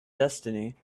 destiny